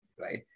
right